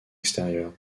extérieur